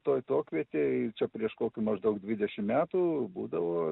toj tuokvietėj čia prieš kokių maždaug dvidešim metų būdavo